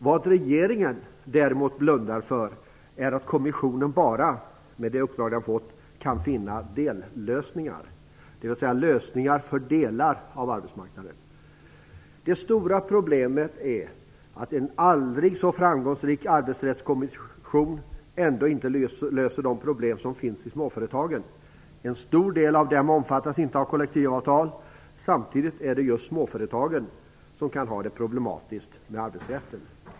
Vad regeringen däremot blundar för är att kommissionen bara, med det uppdrag den fått, kan finna dellösningar, dvs. lösningar för delar av arbetsmarknaden. Det stora problemet är att en aldrig så framgångsrik arbetsrättskommission ändå inte löser de problem som finns i småföretagen. En stor del av dem omfattas inte av kollektivavtal. Samtidigt är det just småföretagen som kan ha det problematiskt med arbetsrätten.